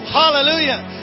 hallelujah